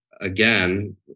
again